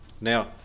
Now